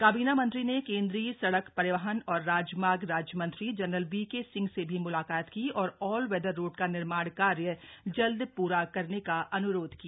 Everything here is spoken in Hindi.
काबीना मंत्री ने केन्द्रीय सड़क परिहवहन और राजमार्ग राज्यमंत्री जनरल वीके सिंह से भी मुलाकात की और ऑल वेदर रोड का निर्माण कार्य जल्द पूरा करने का अन्रोध किया